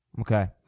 Okay